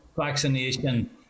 vaccination